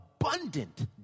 Abundant